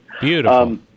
Beautiful